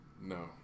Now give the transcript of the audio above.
No